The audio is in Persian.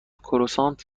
کروسانت